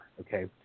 Okay